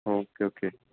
okay okay